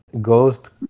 Ghost